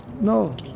no